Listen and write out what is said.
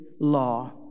law